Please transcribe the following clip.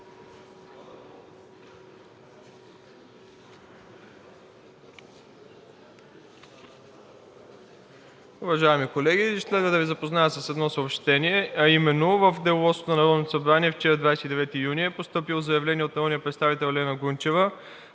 Уважаеми колеги, следва да Ви запозная с едно съобщение, а именно: в Деловодството на Народното събрание вчера, 29 юни, е постъпило заявление от народния представител Елена Гунчева